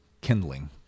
Kindling